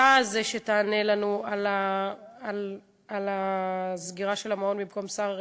שאתה הוא שיענה לנו על הסגירה של המעון במקום שר הרווחה,